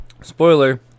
spoiler